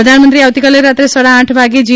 પ્રધાનમંત્રી આવતીકાલે રાત્રે સાડા આઠ વાગે જી